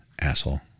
Asshole